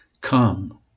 Come